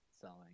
selling